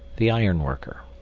the ironworker